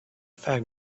fact